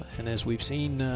and as we've seen,